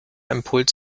impuls